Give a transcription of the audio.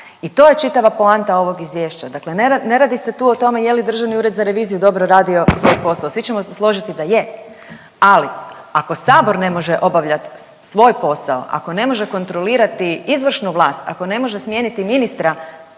I to je čitava poanta ovog izvješća. Dakle, ne radi se tu o tome je li Državni ured za reviziju dobro radio svoj posao, svi ćemo se složiti da je ali ako sabor ne može obavljat svoj posao, ako ne može kontrolirati izvršnu vlast, ako ne može smijeniti ministra,